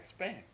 spam